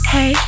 Hey